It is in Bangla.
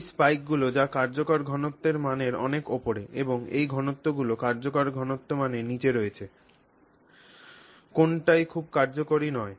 এই স্পাইকগুলি যা কার্যকর ঘনত্বের মানের অনেক ওপরে এবং এই ঘনত্বগুলি কার্যকর ঘনত্বের মানের নীচে রয়েছে কোনটাই খুব কার্যকরী নয়